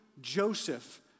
Joseph